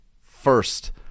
first